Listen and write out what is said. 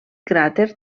cràter